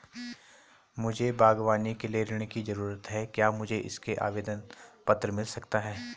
मुझे बागवानी के लिए ऋण की ज़रूरत है क्या मुझे इसका आवेदन पत्र मिल सकता है?